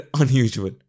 unusual